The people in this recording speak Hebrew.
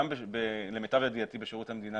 גם למיטב ידיעתי בשירות המדינה,